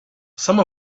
some